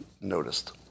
noticed